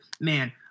man